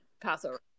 Passover